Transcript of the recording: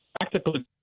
Practically